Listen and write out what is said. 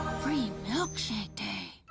free milkshake day.